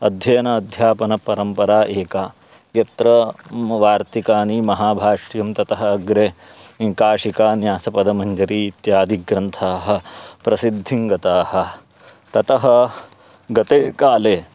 अध्ययनम् अध्यापनपरम्परा एका यत्र वार्तिकानि महाभाष्यं ततः अग्रे काशिका न्यासपदमञ्जरी इत्यादयः ग्रन्थाः प्रसिद्धिं गताः ततः गते काले